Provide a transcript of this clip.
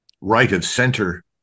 right-of-center